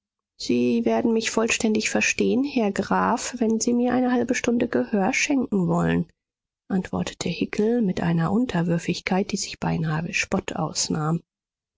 sie werden mich vollständig verstehen herr graf wenn sie mir eine halbe stunde gehör schenken wollen antwortete hickel mit einer unterwürfigkeit die sich beinahe wie spott ausnahm